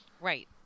Right